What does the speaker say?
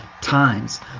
times